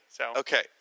Okay